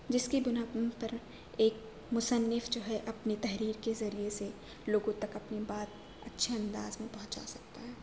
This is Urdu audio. جس کے بنا پرایک مصنف جو ہے اپنی تحریر کے ذریعے سے لوگوں تک اپنی بات اچھے انداز میں پہنچا سکتا ہے